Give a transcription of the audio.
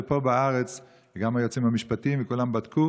ופה בארץ גם היועצים המשפטיים וכולם בדקו